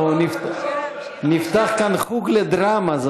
אנחנו נפתח כאן חוג לדרמה.